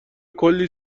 کلی